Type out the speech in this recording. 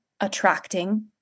attracting